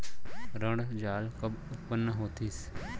ऋण जाल कब उत्पन्न होतिस?